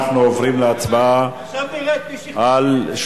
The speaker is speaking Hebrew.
אנחנו עוברים להצבעה, עכשיו נראה את מי שכנעתי